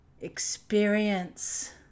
experience